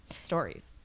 stories